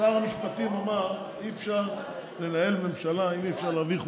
שר המשפטים אמר שאי-אפשר לנהל ממשלה אם אי-אפשר להעביר חוקים.